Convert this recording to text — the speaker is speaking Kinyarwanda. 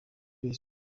bere